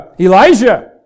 Elijah